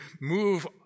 move